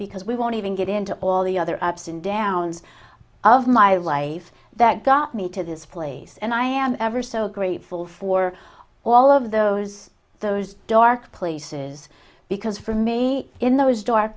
because we won't even get into all the other ups and downs of my life that got me to this place and i am ever so grateful for all of those those dark places because for me in those dark